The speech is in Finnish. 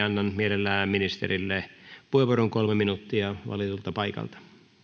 annan mielelläni ministerille puheenvuoron kolme minuuttia valitulta paikalta arvoisa